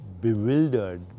bewildered